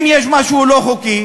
אם יש משהו לא חוקי,